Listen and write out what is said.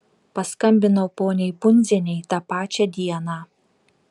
paskambinau poniai bundzienei tą pačią dieną